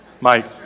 Mike